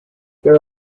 there